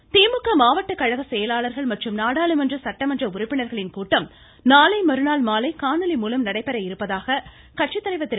ஸ்டாலின் திமுக மாவட்ட கழக செயலாளர்கள் மற்றும் நாடாளுமன்ற சட்டமன்ற உறுப்பினர்களின் கூட்டம் நாளை மறுநாள் மாலை காணொலி மூலம் நடைபெற இருப்பதாக கட்சித்தலைவர் திரு